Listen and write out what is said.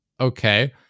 okay